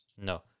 No